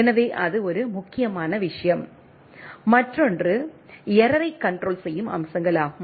எனவே அது ஒரு முக்கியமான விஷயம் மற்றொன்று எரரை கண்ட்ரோல் செய்யும் அம்சங்கள் ஆகும்